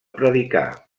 predicar